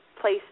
place